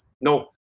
No